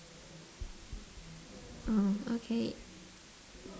oh okay